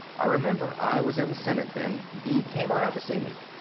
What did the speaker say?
i remember i was in the senate then. he came around to see me.